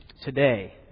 Today